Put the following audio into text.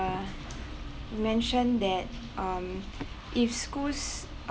uh mentioned that um if schools